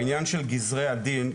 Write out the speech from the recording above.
בעניין של גזרי הדין,